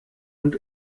und